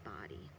body